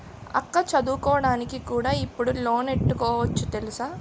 అక్కా చదువుకోడానికి కూడా ఇప్పుడు లోనెట్టుకోవచ్చు తెలుసా?